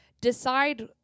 decide